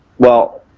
well,